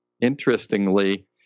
interestingly